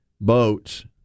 boats